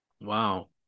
Wow